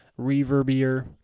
reverbier